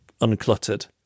uncluttered